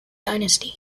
dynasty